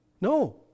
no